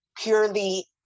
purely